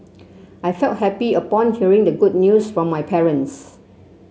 I felt happy upon hearing the good news from my parents